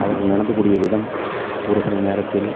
அவர்கள் நடந்தக்கூடிய விதம் ஒருசில நேரத்தில்